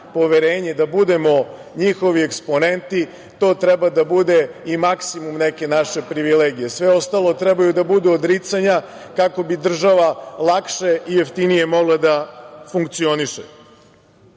poverenje da budemo njihovi eksponenti, to treba da bude i maksimum neke naše privilegije. Sve ostalo treba da budu odricanja, kako bi država lakše i jeftinije mogla da funkcioniše. Kad